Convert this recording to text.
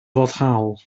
foddhaol